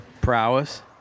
prowess